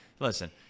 Listen